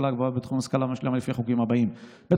ההשכלה הגבוהה ובתחום ההשכלה המשלימה לפי חוקים אלה: א.